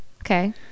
Okay